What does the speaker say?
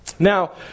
Now